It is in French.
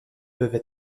peuvent